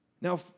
Now